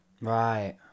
Right